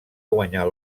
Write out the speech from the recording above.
guanyar